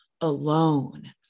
alone